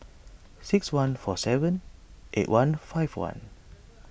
six one four seven eight one five one